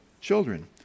children